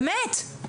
באמת.